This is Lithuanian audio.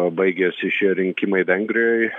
baigėsi šie rinkimai vengrijoj